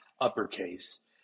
uppercase